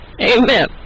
Amen